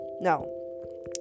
no